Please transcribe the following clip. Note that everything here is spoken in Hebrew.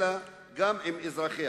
אלא גם עם אזרחיה.